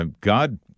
God